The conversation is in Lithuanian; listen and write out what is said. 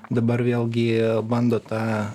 dabar vėlgi bando tą